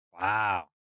Wow